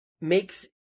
makes